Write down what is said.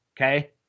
okay